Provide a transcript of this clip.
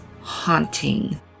haunting